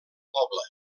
poble